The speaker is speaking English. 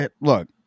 look